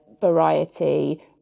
variety